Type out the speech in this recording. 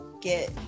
get